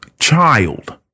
Child